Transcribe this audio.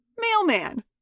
Mailman